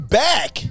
back